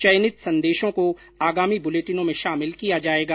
चयनित संदेशों को आगामी बुलेटिनों में शामिल किया जाएगा